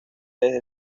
desde